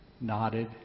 nodded